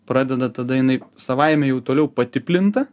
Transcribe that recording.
pradeda tada jinai savaime jau toliau pati plinta